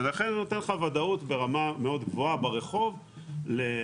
ולכן זה נותן לך ודאות ברמה מאוד גבוהה ברחוב לאמת.